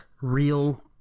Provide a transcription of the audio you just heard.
real